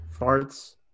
farts